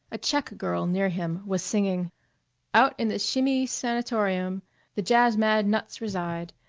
a check-girl near him was singing out in the shimmee sanitarium the jazz-mad nuts reside.